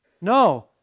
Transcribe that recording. No